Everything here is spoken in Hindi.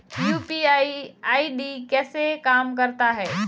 यू.पी.आई आई.डी कैसे काम करता है?